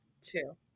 two